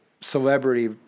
celebrity